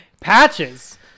Patches